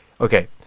Okay